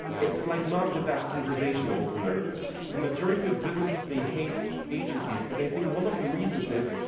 it's like not the best conversation opener. the majority of businesses, they hate agencies, but they think one of the reasons is,